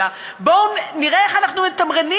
אלא: בואו נראה איך אנחנו מתמרנים